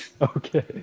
Okay